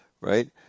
right